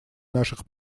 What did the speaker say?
наших